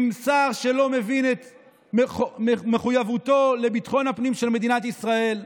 עם שר שלא מבין את מחויבותו לביטחון הפנים של מדינת ישראל.